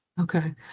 Okay